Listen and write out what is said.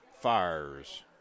fires